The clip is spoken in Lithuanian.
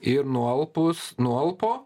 ir nualpus nualpo